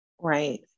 Right